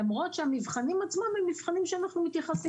למרות שהמבחנים עצמם הם מבחנים שאנחנו מתייחסים